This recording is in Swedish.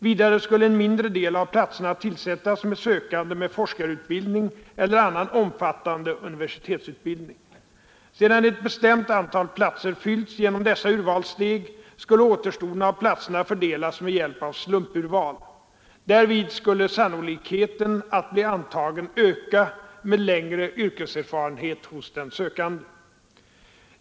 Vidare skulle en mindre del av platserna tillsättas med sökande med forskarutbildning eller annan omfattande universitetsutbildning. Sedan ett bestämt antal platser fyllts genom dessa urvalssteg skulle återstoden av platserna fördelas med hjälp av slumpurval. Därvid skulle sannolikheten att bli antagen öka med längre yrkeserfarenhet hos den sökande.